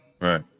right